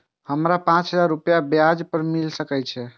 हमरा पाँच हजार रुपया ब्याज पर मिल सके छे?